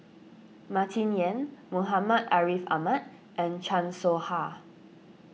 Martin Yan Muhammad Ariff Ahmad and Chan Soh Ha